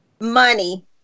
money